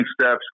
steps